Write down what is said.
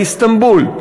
באיסטנבול,